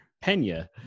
Pena